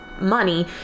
money